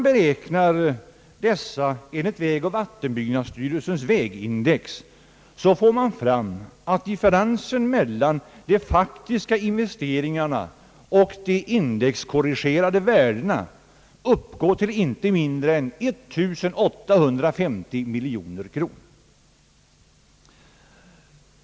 Beräknar man dessa enligt vägoch vattenbyggnadsstyrelsens växindex, får man fram att differensen mellan de faktiska investeringarna och de indexkorrigerade värdena uppgår till inte mindre än 1 850 miljoner kronor.